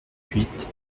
huit